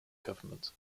government